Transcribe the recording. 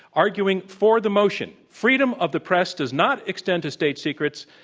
arguing for the motion, freedom of the press does not extend to state secrets,